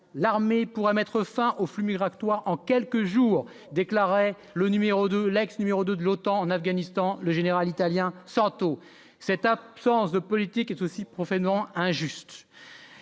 l'armée pourra mettre fin aux flux migratoires en quelques jours, déclarait le numéro de l'ex-numéro 2 de l'Otan en Afghanistan, le général italien Santo, cette absence de politique est aussi profanant injuste